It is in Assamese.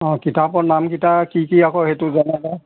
অ কিতাপৰ নামকেইটা কি কি আকৌ সেইটো জনাবা